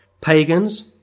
pagans